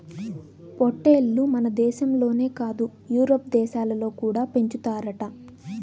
పొట్టేల్లు మనదేశంలోనే కాదు యూరోప్ దేశాలలో కూడా పెంచుతారట